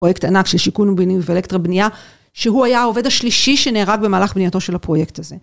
פרוייקט ענק של שיכון ובינוי ואלקטרה בנייה שהוא היה העובד השלישי שנהרג במהלך בנייתו של הפרויקט הזה.